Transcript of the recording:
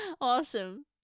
Awesome